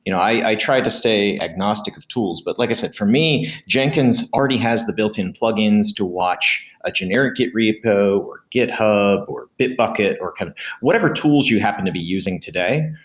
you know i try to stay agnostic of tools. but like i said, for me, jenkins already has the built-in plug-ins to watch a generic git repo or github of bitbucket or kind of whatever tools you happen to be using today.